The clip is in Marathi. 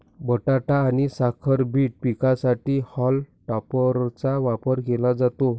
बटाटा आणि साखर बीट पिकांसाठी हॉल टॉपरचा वापर केला जातो